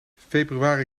februari